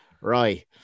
Right